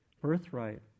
birthright